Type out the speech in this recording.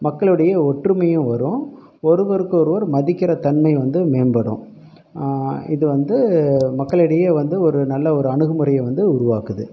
மக்களிடையே ஒற்றுமையும் வரும் ஒருவருக்கு ஒருவர் மதிக்கிற தன்மை வந்து மேம்படும் இது வந்து மக்களிடையே வந்து ஒரு நல்ல ஒரு அணுகுமுறையை வந்து உருவாக்குது